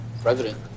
president